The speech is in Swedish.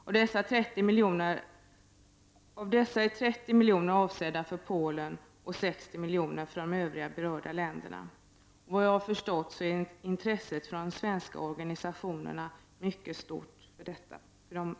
Av dessa är 30 milj.kr. avsedda för Polen och 60 milj.kr. för övriga berörda länder. Såvitt jag har förstått är intresset från de svenska organisationerna mycket stort.